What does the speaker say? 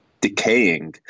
decaying